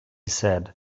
said